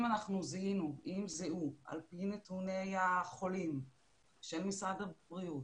אם אנחנו זיהינו על פי נתוני החולים של משרד הבריאות,